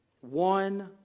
One